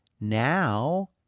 Now